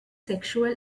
sexual